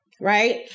right